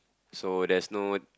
so there's no